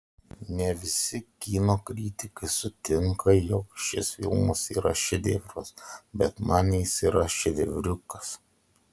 ne visi kino kritikai sutinka jog šis filmas yra šedevras bet man jis yra šedevriukas